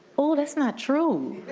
oh that's not true,